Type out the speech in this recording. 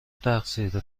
تقصیر